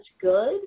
good